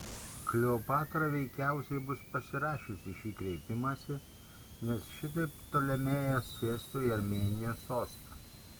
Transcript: kleopatra veikiausiai bus pasirašiusi šį kreipimąsi nes šitaip ptolemėjas sėstų į armėnijos sostą